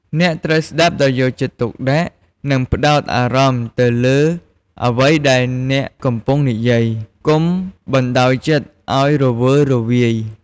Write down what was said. អ្នកត្រូវស្ដាប់ដោយយកចិត្តទុកដាក់ និងផ្ដោតអារម្មណ៍ទៅលើអ្វីដែលអ្នកកំពុងនិយាយ កុំបណ្ដោយចិត្តឱ្យរវើរវាយ។